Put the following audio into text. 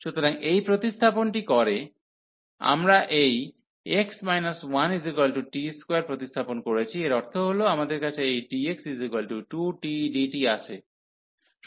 সুতরাং এই প্রতিস্থাপনটি করে আমরা এই x 1t2 প্রতিস্থাপন করেছি এর অর্থ হল আমাদের কাছে এই dx 2t dt আছে